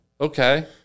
Okay